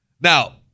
Now